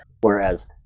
whereas